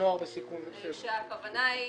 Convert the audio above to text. כשהכוונה היא